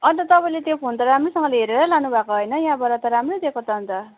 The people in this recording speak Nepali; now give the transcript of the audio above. अन्त तपाईँले त्यो फोन त राम्रैसँगले हेरेरै लानुभएको होइन यहाँबाट त राम्रै दिएको त अन्त